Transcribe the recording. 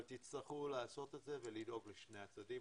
אבל תצטרכו לעשות את זה ולדאוג לשני הצדדים.